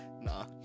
Nah